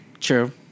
True